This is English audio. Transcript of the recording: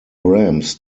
ramps